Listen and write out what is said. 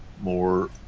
more